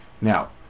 Now